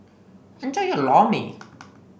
enjoy your Lor Mee